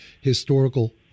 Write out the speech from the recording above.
historical